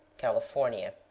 california.